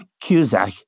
Cusack